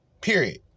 period